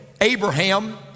Abraham